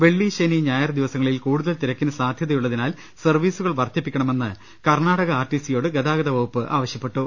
വെള്ളി ശനി ഞായർ ദിവസങ്ങളിൽ കൂടുതൽ തിരക്കിന് സാധ്യതയുള്ളതിനാൽ സർവീസുകൾ വർധിപ്പിക്കണമെന്ന് കർണാടക ആർടിസിയോട് ഗതാഗത വകുപ്പ് ആവശ്യപ്പെട്ടു